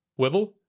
Wibble